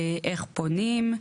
לאיך פונים,